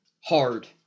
hard